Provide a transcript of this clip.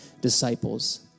disciples